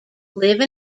live